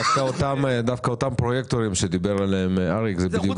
אותם פרויקטורים שדיבר עליהם אריק זה בדיוק זה.